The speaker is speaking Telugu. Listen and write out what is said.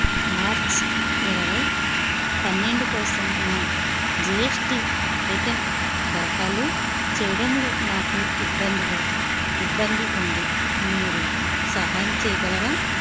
మార్చ్ ఇరవై పన్నెండు కోసం నా జీ ఎస్ టీ రిటర్న్ దాఖలు చేయడంలో నాకు ఇబ్బందిగా ఇబ్బంది ఉంది మీరు సహాయం చేయగలరా